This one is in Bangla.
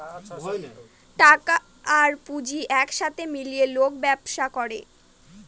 টাকা আর পুঁজি এক সাথে মিলিয়ে লোক ব্যবসা করে